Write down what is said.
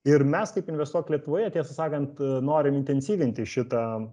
ir mes kaip investuok lietuvoje tiesą sakant norim intensyvinti šitą